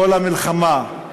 קול המלחמה,